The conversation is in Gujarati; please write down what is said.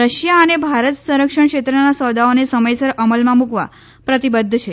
રશિયા અને ભારત સંરક્ષણ ક્ષૈત્રના સોદાઓને સમયસર અમલમાં મુકવા પ્રતિબધ્ધ છે